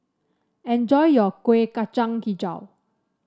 enjoy your Kuih Kacang hijau